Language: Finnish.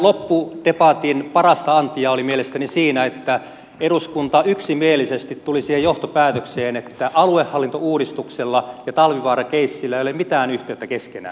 tämän loppudebatin parasta antia oli mielestäni siinä että eduskunta yksimielisesti tuli siihen johtopäätökseen että aluehallintouudistuksella ja talvivaara keissillä ei ole mitään yhteyttä keskenään